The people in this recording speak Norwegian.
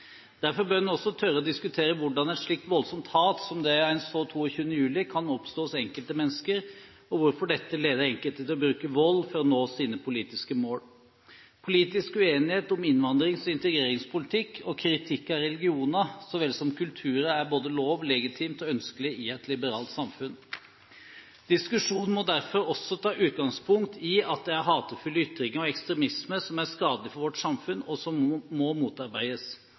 Derfor bør man også tørre å diskutere hvordan et slikt voldsomt hat som det en så 22. juli, kan oppstå hos enkelte mennesker, og hvorfor dette leder enkelte til å bruke vold for å nå sine politiske mål. Politisk uenighet om innvandrings- og integreringspolitikk og kritikk av religioner så vel som kulturer er både lov, legitimt og ønskelig i et liberalt samfunn. Diskusjonen må derfor også ta utgangspunkt i at det er hatefulle ytringer og ekstremisme som er skadelig for vårt samfunn, og som må motarbeides, og at alle former for politisk motivert vold og terror må